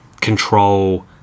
control